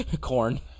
Corn